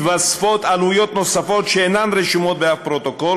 מתווספות עלויות נוספות שאינן רשומות באף פרוטוקול